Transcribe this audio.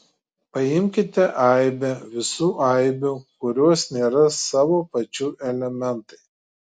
paimkite aibę visų aibių kurios nėra savo pačių elementai